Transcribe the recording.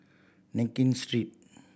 Nankin Street